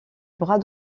bras